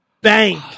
bank